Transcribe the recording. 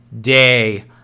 day